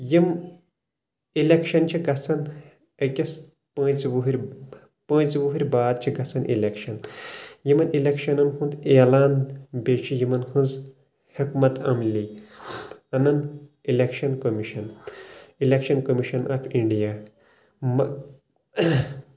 یِمہٕ اِلٮ۪کشن چھ گژھان أکِس پانٛژِ وٕہٕرۍ پانٛژِ وٕہٕرۍ باد چھ گژھان الٮ۪کشن یِمن الیکشنن ہُنٛد اعلان بیٚیہِ چھ یِمن ہنٛز حکمت عملی انان election commission election commission of India